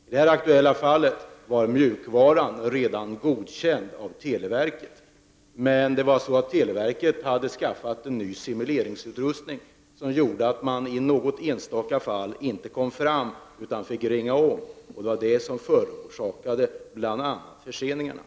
I det aktuella fallet var den s.k. mjukvaran redan godkänd av televerket, men televerket hade skaffat en ny simuleringsutrustning som gjorde att man i något enstaka fall inte kom fram till abonnenten. Man fick ringa om. Det var det som förorsakade bl.a. förseningarna.